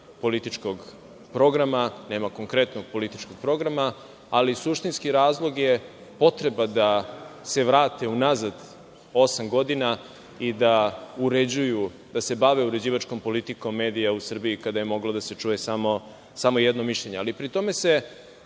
političkog programa, nema konkretnog političkog programa, ali suštinski razlog je potreba da se vrate unazad osam godina i da uređuju, da se bave uređivačkom politikom medija u Srbiji, kada je moglo da se čuje samo jedno mišljenje. Kada govorimo o